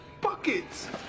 Buckets